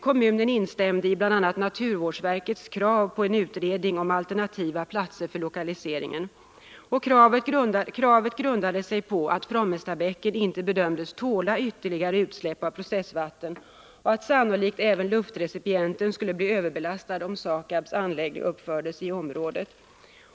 Kommunen instämde i bl.a. naturvårdsverkets krav på en utredning om alternativa platser för lokaliseringen. Kravet grundade sig på att Frommestabäcken inte bedömdes tåla ytterligare utsläpp av processvatten och att sannolikt även luftrecipienten skulle bli överbelastad om SAKAB:s anläggning uppfördes i området.